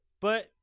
But-